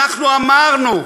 אנחנו אמרנו,